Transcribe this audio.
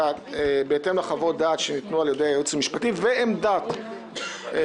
בהתאם לחוות הדעת שניתנו על ידי הייעוץ המשפטי ועמדת הסיעות